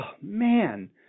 man